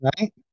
Right